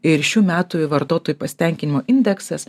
ir šių metų vartotojų pasitenkinimo indeksas